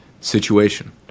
situation